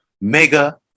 mega